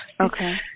Okay